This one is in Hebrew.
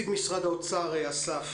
משרד החינוך